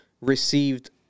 received